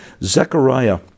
Zechariah